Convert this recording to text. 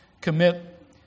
commit